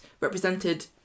represented